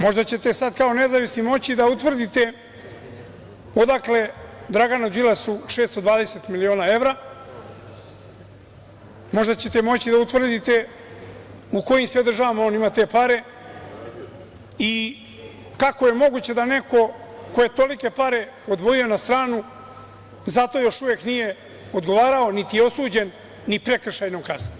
Možda ćete sada kao nezavisni moći da utvrdite odakle Draganu Đilasu 620 miliona evra, možda ćete moći da utvrdite u kojim sve državama on ima te pare i kako je moguće da neko ko je tolike pare odvojio na stranu za to još uvek nije odgovarao niti je osuđen ni prekršajnom kaznom.